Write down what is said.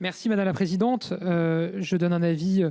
Merci madame la présidente. Je donne un avis